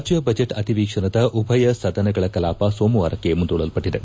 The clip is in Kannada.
ರಾಜ್ಯ ಬಜೆಟ್ ಅಧಿವೇಶನದ ಉಭಯ ಸದನಗಳ ಕಲಾಪ ಸೋಮವಾರಕ್ಕೆ ಮುಂದೂಡಲ್ಪಟ್ಟದೆ